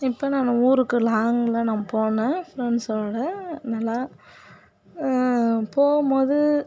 இப்போ நான் ஊருக்கு லாங்கில் நான் போனேன் ஃப்ரெண்ட்ஸோடு நல்லா போகும்போது